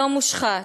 לא מושחת.